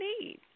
need